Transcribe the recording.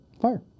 Fire